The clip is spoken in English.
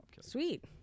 Sweet